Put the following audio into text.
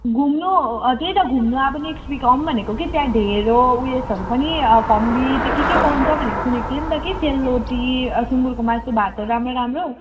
घुम्नु त्यही त घुम्नु अब नेक्स्ट विक आउँ भनेको कि त्यहाँ ढेँडो उयेसहरू पनि फम्बी त्यहाँ के के पाउँछ भनेको सुनेको थिएँ नि त कि सेलरोटी सुँगुरको मासु भातहरू राम्रो राम्रो